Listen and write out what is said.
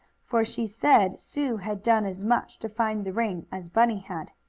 for she said sue had done as much to find the ring as bunny had.